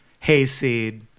hayseed